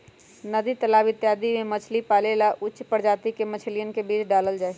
नदी तालाब इत्यादि में मछली पाले ला उच्च प्रजाति के मछलियन के बीज डाल्ल जाहई